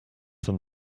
them